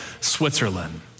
Switzerland